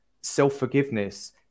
self-forgiveness